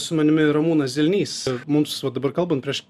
su manimi ramūnas zilnys mums va dabar kalbant prieš